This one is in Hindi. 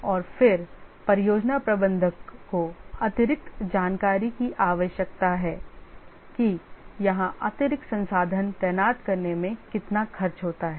और फिर परियोजना प्रबंधक को अतिरिक्त जानकारी की आवश्यकता है कि यहां अतिरिक्त संसाधन तैनात करने में कितना खर्च होता है